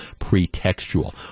pretextual